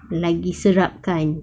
like the syrup kind